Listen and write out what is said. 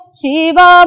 Shiva